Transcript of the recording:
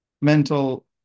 mental